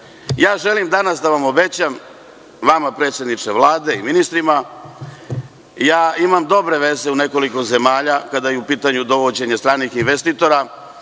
radimo. Želim danas da vam obećam, vama predsedniče Vlade i ministrima, imam dobre veze u nekoliko zemalja, kada je upitanju dovođenje stranih investitora